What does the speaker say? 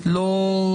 או שכן או שלא.